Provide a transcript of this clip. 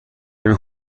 نمی